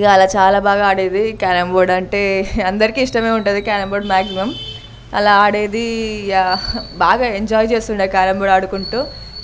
ఇవాళ చాలా బాగా ఆడింది అంటే క్యారమ్ బోర్డు అంటే అందరికి ఇష్టం ఉంటుంది క్యారమ్ బోర్డు మాక్సిమం అలా ఆడేది బాగా ఎంజాయ్ చేస్తుండే క్యారమ్ బోర్డు ఆడుకుంటు